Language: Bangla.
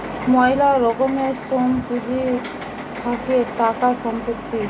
ময়লা রকমের সোম পুঁজি থাকে টাকা, সম্পত্তি